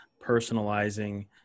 personalizing